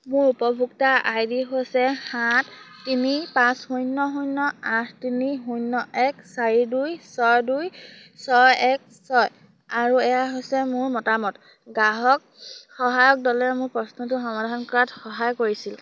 মোৰ উপভোক্তা I D হৈছে সাত তিনি পাঁচ শূন্য শূন্য আঠ তিনি শূন্য এক চাৰি দুই ছয় দুই ছয় এক ছয় আৰু এয়া হৈছে মোৰ মতামত গ্ৰাহক সহায়ক দলে মোৰ প্ৰশ্নটো সমাধান কৰাত সহায় কৰিছিল